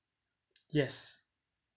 yes